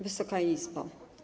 Wysoka Izbo!